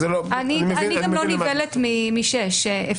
גם לא נבהלת משש שנים.